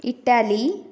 Italy